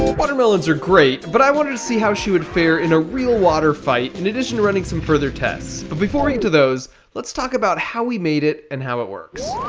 watermelons are great but i wanted to see how she would fare in a real water fight in addition to running some further tests but before we get into those let's talk about how we made it and how it works